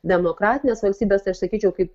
demokratinės valstybės aš sakyčiau kaip